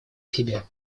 себе